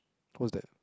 what's that